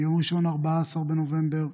ביום ראשון 14 בנובמבר,